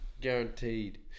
guaranteed